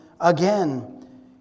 again